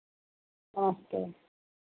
okay